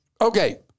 Okay